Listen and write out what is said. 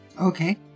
Okay